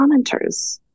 commenters